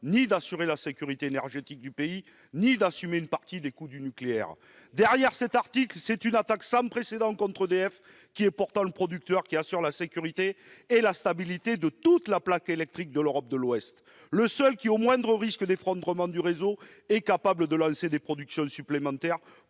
d'assurer la sécurité énergétique du pays, d'assumer une partie des coûts du nucléaire. C'est une attaque sans précédent contre EDF, qui est pourtant le producteur d'électricité assurant la sécurité et la stabilité de toute la plaque électrique de l'Europe de l'Ouest, le seul producteur qui, au moindre risque d'effondrement du réseau, est capable de démarrer des capacités de production supplémentaires